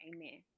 Amen